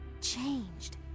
changed